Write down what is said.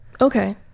Okay